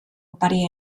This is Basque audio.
opari